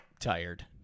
tired